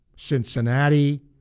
Cincinnati